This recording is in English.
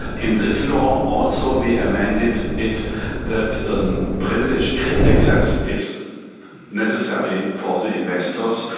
in this law also we amended it that and but privileged grid access is necessary for the investors,